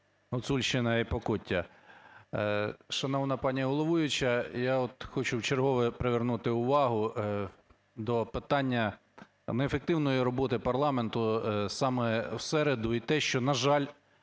Гуцульщина і Покуття. Шановна пані головуюча, я от хочу вчергове привернути увагу до питання неефективної роботи парламенту саме в середу, і те, що, на жаль,